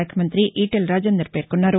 శాఖ మంతి ఈటెల రాజేందర్ పేర్కొన్నారు